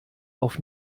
auf